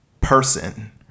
person